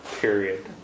Period